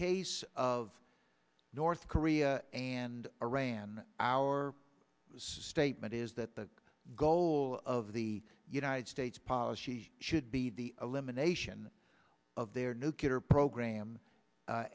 case of north korea and iran our statement is that the goal of the united states policy should be the elimination of their nuclear program a